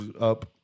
up